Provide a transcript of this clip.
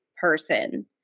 person